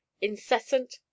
incessant